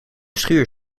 schuur